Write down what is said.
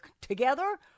together